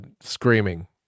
Screaming